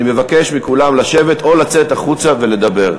אני מבקש מכולם לשבת או לצאת החוצה ולדבר.